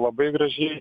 labai gražiai